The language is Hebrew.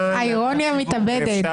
האירוניה מתאבדת.